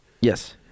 Yes